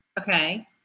Okay